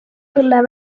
õlle